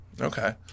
Okay